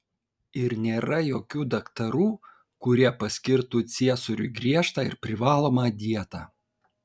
ir nėra jokių daktarų kurie paskirtų ciesoriui griežtą ir privalomą dietą